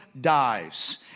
dies